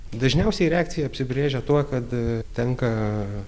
dažniausiai reakcija apsibrėžia tuo kad tenka